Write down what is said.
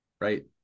right